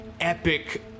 epic